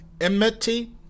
enmity